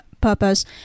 purpose